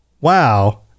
wow